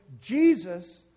Jesus